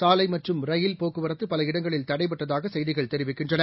சாலைமற்றும் rail போக்குவரத்துபல இடங்களில் தடைபட்டதாகசெய்திகள் தெரிவிக்கின்றன